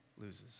loses